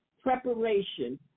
preparation